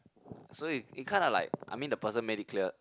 so it's it kinda like I mean the person made it clear